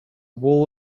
whole